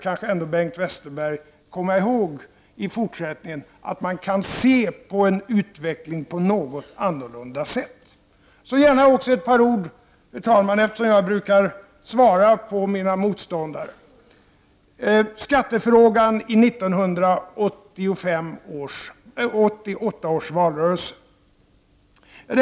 Men Bengt Westerberg borde kanske i fortsättningen komma ihåg att man kan se på en utveckling på olika sätt. Så gärna också ett par ord, fru talman, eftersom jag brukar försöka svara mina motståndare, om skattefrågan i 1988 års valrörelse.